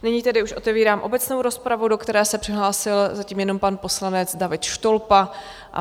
Nyní tedy už otevírám obecnou rozpravu, do které se přihlásil zatím jenom pan poslanec David Štolpa.